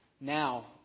Now